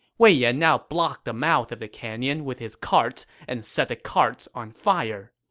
wei yan now blocked the mouth of the canyon with his carts and set the carts on fire.